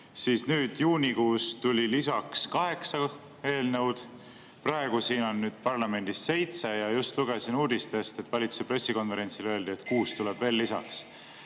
siis juunikuus tuli lisaks 8 eelnõu. Praegu on parlamendis 7 ja just lugesin uudistest, et valitsuse pressikonverentsil öeldi, et 6 tuleb veel lisaks.